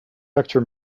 vector